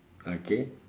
okay